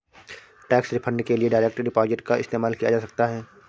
tax refund के लिए direct deposit का इस्तेमाल किया जा सकता हैं